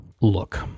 Look